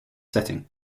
setting